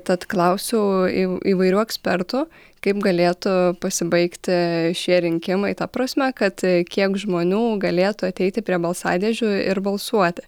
tad klausiau įv įvairių ekspertų kaip galėtų pasibaigti šie rinkimai ta prasme kad kiek žmonių galėtų ateiti prie balsadėžių ir balsuoti